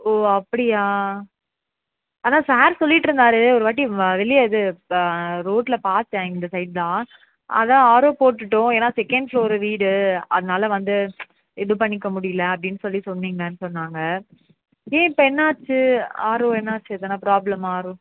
ஓ அப்படியா அதான் சார் சொல்லிட்டு இருந்தார் ஒரு வாட்டி வெளியே இது ரோட்டில் பார்த்தேன் இந்த சைட் தான் அதான் ஆர்ஓ போட்டுட்டோம் ஏன்னா செகண்ட் ஃப்ளோரு வீடு அதனால் வந்து இது பண்ணிக்க முடியலை அப்படின்னு சொல்லி சொன்னிங்கன்னு சொன்னாங்க ஏன் இப்போது என்னாச்சு ஆர்ஓ என்னாச்சு எதுனா ப்ராப்ளமா ஆர்ஓ